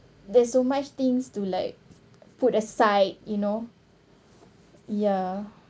there's so much things to like put aside you know ya